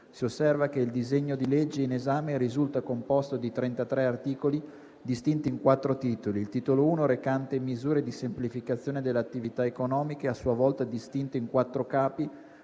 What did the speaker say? si osserva che il disegno di legge in esame risulta composto di 33 articoli, distinti in quattro Titoli: il Titolo I recante "Misure di semplificazione delle attività economiche", a sua volta distinto in quattro Capi,